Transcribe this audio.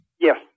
Yes